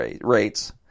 rates